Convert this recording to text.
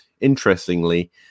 interestingly